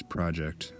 Project